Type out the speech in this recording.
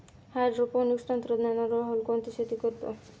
Hydroponics तंत्रज्ञानाद्वारे राहुल कोणती शेती करतो?